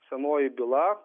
senoji byla